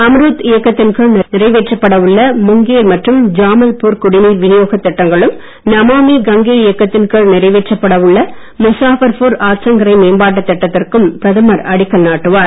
அம்ரூத் இயக்கத்தின் கீழ் நிறைவேற்றப்பட உள்ள முங்கேர் மற்றும் ஜாமல்பூர் குடிநீர் வினியோகத் திட்டங்களுக்கும் நமாமி கங்கே இயக்கத்தின் கீழ் நிறைவேற்றப்பட உள்ள முசாபர்பூர் ஆற்றங்கரை மேம்பாட்டுத் திட்டத்திற்கும் பிரதமர் அடிக்கல் நாட்டுவார்